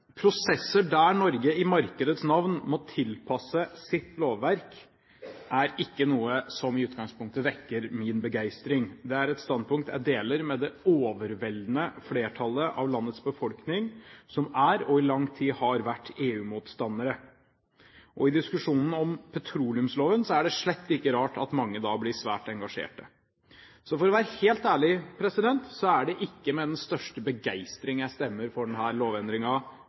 Prosesser der Norge i markedets navn må tilpasse sitt lovverk, er ikke noe som i utgangspunktet vekker min begeistring. Det er et standpunkt jeg deler med det overveldende flertallet av landets befolkning som er – og i lang tid har vært – EU-motstandere. I diskusjonen om petroleumsloven er det slett ikke rart at mange blir svært engasjert. Så for å være helt ærlig er det ikke med den største begeistring jeg stemmer for